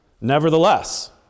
Nevertheless